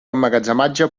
emmagatzematge